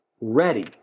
ready